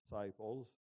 disciples